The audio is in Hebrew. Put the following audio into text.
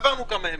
עברנו כמה ימים.